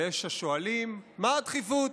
ויש השואלים: מה הדחיפות?